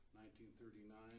1939